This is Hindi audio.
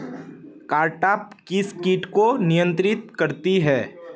कारटाप किस किट को नियंत्रित करती है?